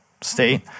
state